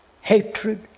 hatred